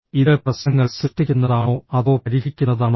ഇത് പ്രശ്നങ്ങൾ സൃഷ്ടിക്കുന്നതാണോ അതോ പരിഹരിക്കുന്നതാണോ